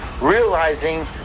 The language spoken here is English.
realizing